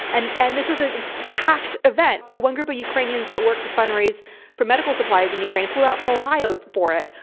and and this was a packed event. one group of ukrainians that worked to fundraise for medical supplies in ukraine flew out from ohio for it.